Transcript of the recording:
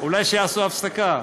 אולי שיעשו הפסקה.